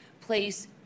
place